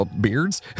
beards